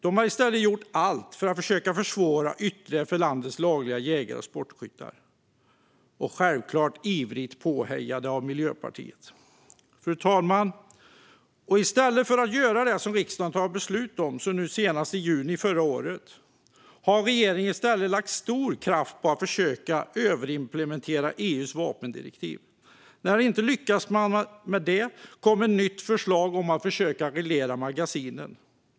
Den har i stället gjort allt för att försöka försvåra ytterligare för landets lagliga jägare och sportskyttar - självklart ivrigt påhejad av Miljöpartiet. Fru talman! I stället för att göra det som riksdagen tagit beslut om, senast i juni förra året, har regeringen lagt stor kraft på att försöka överimplementera EU:s vapendirektiv. När man inte lyckades med det kom ett nytt förslag om att försöka reglera magasinen.